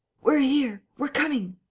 we're here! we're coming!